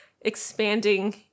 expanding